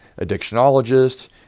addictionologist